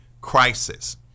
crisis